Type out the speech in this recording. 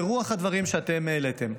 ברוח הדברים שאתם העליתם.